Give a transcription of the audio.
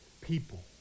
people